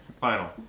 Final